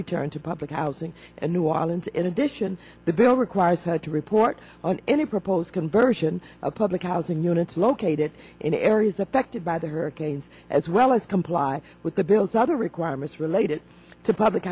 return to public housing in new orleans in addition the bill requires her to report on any proposed conversion of public housing units located in areas affected by the hurricanes as well as comply with the bills other requirements related to public